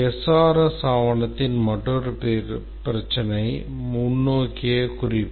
SRS ஆவணத்தின் மற்றொரு பிரச்சினை முன்னோக்கிய குறிப்பு